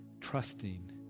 Trusting